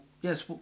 yes